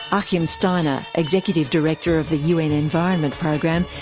um achim steiner, executive director of the un environment program,